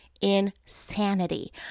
insanity